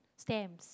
stamps